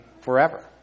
forever